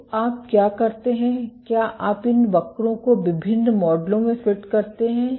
तो आप क्या करते हैं क्या आप इन वक्रों को विभिन्न मॉडलों में फिट करते हैं